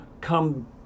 come